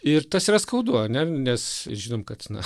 ir tas yra skaudu ar ne nes žinom kad na